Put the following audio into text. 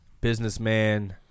businessman